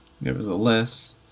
Nevertheless